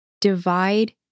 divide